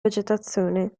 vegetazione